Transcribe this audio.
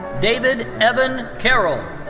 david evan carroll.